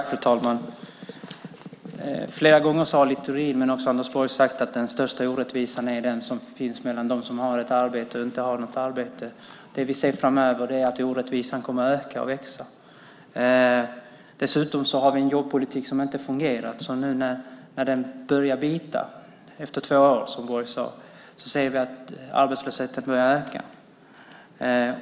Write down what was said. Fru talman! Flera gånger har Littorin men också Anders Borg sagt att den största orättvisan är den som finns mellan dem som har ett arbete och dem som inte har det. Det vi ser framöver är att orättvisan kommer att öka och växa. Dessutom har vi en jobbpolitik som inte fungerar, så nu när den börjar bita, efter två år som Borg sade, ser vi att arbetslösheten börjar öka.